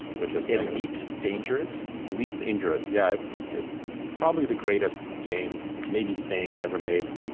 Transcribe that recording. which is elite dangerous? elite dangerous, yeah. it's it's probably the greatest game, maybe thing, ever made.